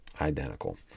identical